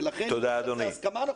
ולכן בהינתן הסכמה,